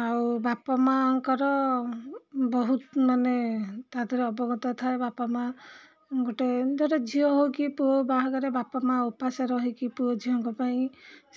ଆଉ ବାପା ମା'ଙ୍କର ବହୁତ ମାନେ ତା'ଦେହରେ ଅବଗତ ଥାଏ ବାପା ମା' ଗୋଟେ ଧର ଝିଅ ହଉ କି ପୁଅ ବାହାଘର ବାପା ମା' ଉପାସ ରହିକି ପୁଅ ଝିଅଙ୍କ ପାଇଁ